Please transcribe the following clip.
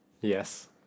Yes